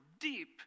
deep